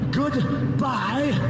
goodbye